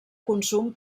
consum